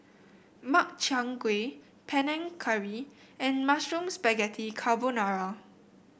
Makchang Gui Panang Curry and Mushroom Spaghetti Carbonara